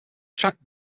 tracked